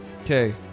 Okay